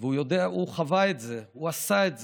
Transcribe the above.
והוא חווה את זה, הוא עשה את זה.